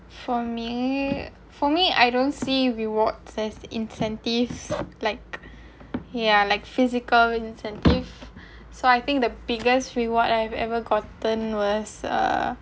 for me for me I don't see reward as incentives like ya like physical incentive so I think the biggest reward I've ever gotten was uh